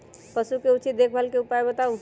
पशु के उचित देखभाल के उपाय बताऊ?